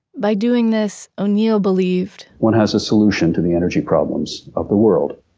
by doing this, o'neill believed, one has a solution to the energy problems of the world.